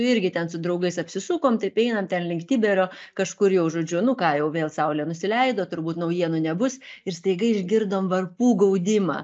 irgi ten su draugais apsisukom taip einam ten link tiberio kažkur jau žodžiu nu ką jau vėl saulė nusileido turbūt naujienų nebus ir staiga išgirdom varpų gaudimą